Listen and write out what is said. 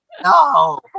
no